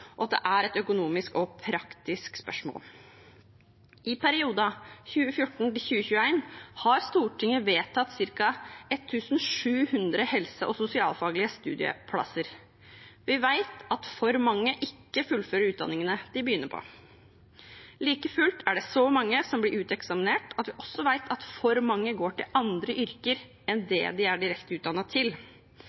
og at det er et økonomisk og praktisk spørsmål. I perioden 2014–2021 har Stortinget vedtatt ca. 1 700 helse- og sosialfaglige studieplasser. Vi vet at for mange ikke fullfører utdanningene de begynner på. Like fullt er det så mange som blir uteksaminert, at vi også vet at for mange går til andre yrker enn det de er direkte utdannet til.